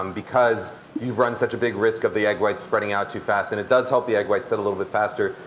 um because you run such a big risk of the egg white spreading out too fast. and it does help the egg whites set a little bit faster.